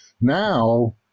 now